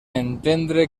entendre